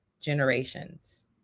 generations